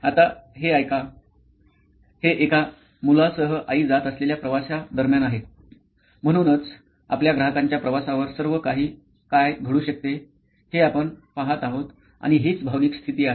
आता हे एका मुलासह आई जात असलेल्या प्रवासादरम्यान आहे म्हणूनच आपल्या ग्राहकांच्या प्रवासावर सर्व काही काय घडू शकते हे आपण पाहत आहोत आणि हीच भावनिक स्थिती आहे